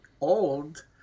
old